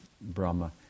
Brahma